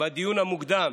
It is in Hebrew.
בדיון המוקדם